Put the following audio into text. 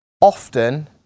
often